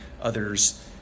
others